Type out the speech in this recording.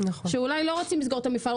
שאולי לא רוצים לסגור את המפעל,